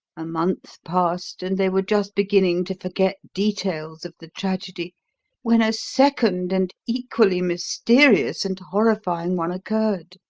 a month passed and they were just beginning to forget details of the tragedy when a second and equally mysterious and horrifying one occurred,